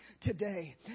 today